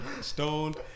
stoned